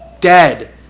dead